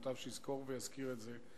מוטב שיזכור ויזכיר את זה,